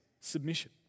submission